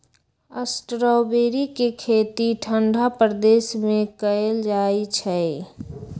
strawberry के खेती ठंडा प्रदेश में कएल जाइ छइ